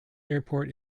airport